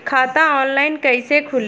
खाता ऑनलाइन कइसे खुली?